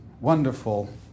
wonderful